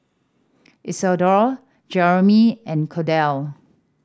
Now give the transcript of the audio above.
Isidore Jeannine and Cordell